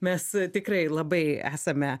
mes tikrai labai esame